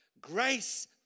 grace